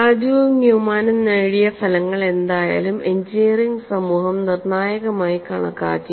രാജുവും ന്യൂമാനും നേടിയ ഫലങ്ങൾ എന്തായാലും എഞ്ചിനീയറിംഗ് സമൂഹം നിർണ്ണായകമായി കണക്കാക്കി